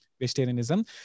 vegetarianism